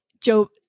Joe